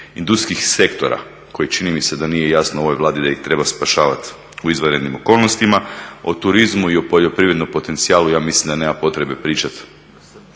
industrijskih sektora koji čini mi se nije da nije jasno ovoj Vladi da ih treba spašavati u izvanrednim okolnostima. O turizmu i o poljoprivrednom potencijalu ja mislim da nema potrebe pričati